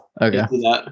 Okay